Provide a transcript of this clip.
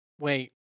Wait